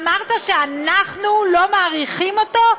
אמרת שאנחנו לא מעריכים אותו?